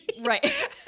right